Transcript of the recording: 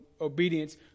obedience